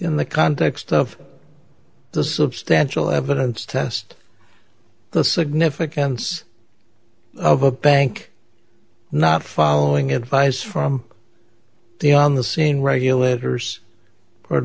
in the context of the substantial evidence test the significance of a bank not following advice from the on the same regulators or